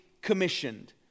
commissioned